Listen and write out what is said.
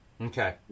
Okay